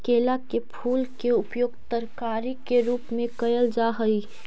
केला के फूल के उपयोग तरकारी के रूप में कयल जा हई